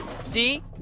See